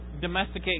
domesticate